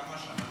כמה השנה?